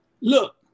look